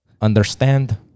Understand